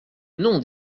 non